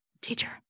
teacher